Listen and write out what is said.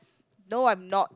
no I'm not